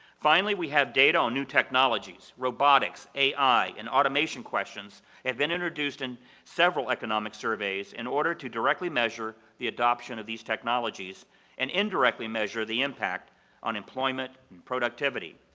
finally, we have data on new technologies, robotics, a i, and automation questions that have been introduced in several economic surveys in order to directly measure the adoption of these technologies and indirectly measure the impact on employment and productivity.